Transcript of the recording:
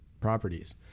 properties